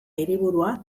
hiriburua